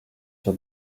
sur